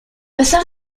pesar